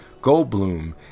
Goldblum